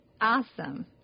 awesome